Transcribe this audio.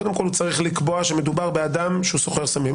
קודם כל הוא צריך להקבוע שמדובר באדם שסוחר סמים.